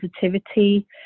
positivity